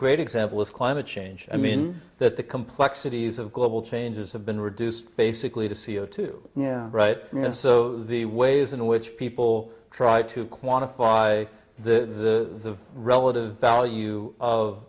great example is climate change i mean that the complexities of global changes have been reduced basically to c o two yeah right and so the ways in which people try to quantify the relative value of